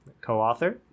co-author